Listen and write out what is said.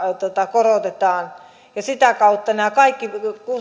korotetaan ja sitä kautta nämä kaikki